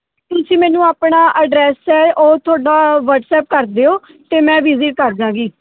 ਤੁਸੀਂ ਮੈਨੂੰ ਆਪਣਾ ਅਡਰੈੱਸ ਹੈ ਉਹ ਤੁਹਾਡਾ ਵਟਸਐਪ ਕਰ ਦਿਓ ਅਤੇ ਮੈਂ ਵਜੀਟ ਕਰ ਜਾਵਾਂਗੀ